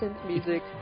music